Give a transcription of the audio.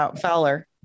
Fowler